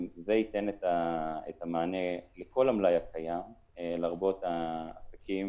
זה ייתן את המענה לכל המלאי הקיים, לרבות העסקים